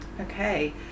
Okay